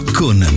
con